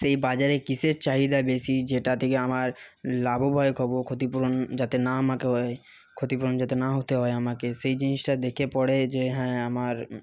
সেই বাজারে কিসের চাহিদা বেশি যেটা থেকে আমার লাভবান হবো ক্ষতিপূরণ যাতে না আমাকে হয় ক্ষতিপূরণ যাতে না হতে হয় আমাকে সেই জিনিসটা দেখে পরে যে হ্যাঁ আমার